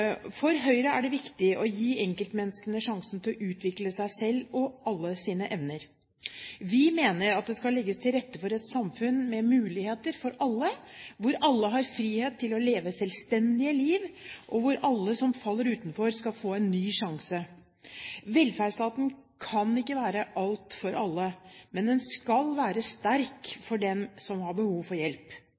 For Høyre er det viktig å gi enkeltmennesker sjansen til å utvikle seg selv og alle sine evner. Vi mener det skal legges til rette for et samfunn med muligheter for alle, hvor alle har frihet til å leve selvstendige liv, og hvor alle som faller utenfor, skal få en ny sjanse. Velferdsstaten kan ikke være alt for alle, men den skal være sterk for dem som har behov for hjelp.